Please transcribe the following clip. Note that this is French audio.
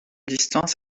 distances